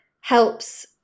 helps